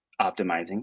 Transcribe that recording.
optimizing